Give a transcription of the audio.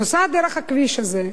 אני נוסעת בכביש הזה.